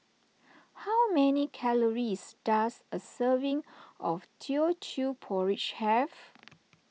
how many calories does a serving of Teochew Porridge have